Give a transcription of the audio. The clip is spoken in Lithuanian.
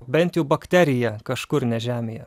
bent jau bakterija kažkur ne žemėje